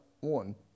one